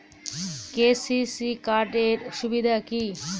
KCC card এর সুবিধা কি?